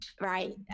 Right